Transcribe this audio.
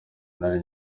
nari